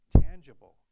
tangible